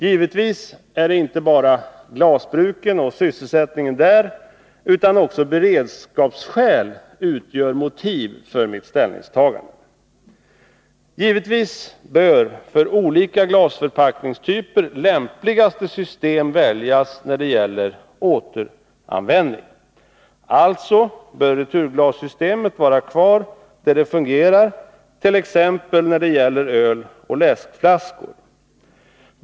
Givetvis inte bara glasbruken och sysselsättningen där utan också beredskapsskäl utgör motiv för mitt ställningstagande. Naturligtvis bör för olika glasförpackningstyper lämpligaste system väljas när det gäller återanvändning. Alltså bör returglassystemet vara kvar där det fungerar, t.ex. när det gäller öloch läskedrycksflaskor.